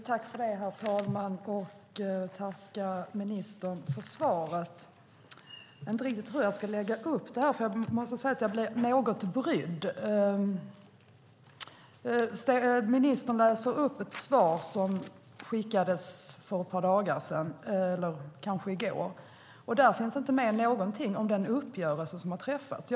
Herr talman! Jag vill tacka ministern för svaret. Jag vet inte riktigt hur jag ska lägga upp det här, för jag måste säga att jag blev något brydd. Ministern läser upp ett svar som skickades för ett par dagar sedan eller kanske i går, och där finns inte någonting med om den uppgörelse som har träffats.